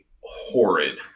horrid